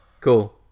cool